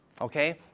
Okay